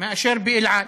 מאשר "אל על".